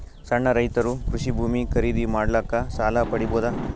ಸಣ್ಣ ರೈತರು ಕೃಷಿ ಭೂಮಿ ಖರೀದಿ ಮಾಡ್ಲಿಕ್ಕ ಸಾಲ ಪಡಿಬೋದ?